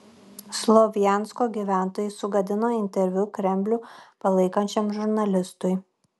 slovjansko gyventojai sugadino interviu kremlių palaikančiam žurnalistui